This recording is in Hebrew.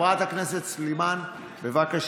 חברת הכנסת סלימאן, בבקשה.